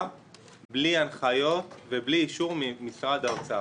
בלי הנחיות ובלי אישור ממשרד האוצר.